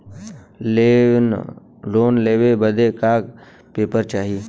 Loan लेवे बदे का का पेपर चाही?